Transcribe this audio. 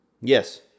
Yes